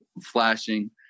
flashing